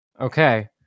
Okay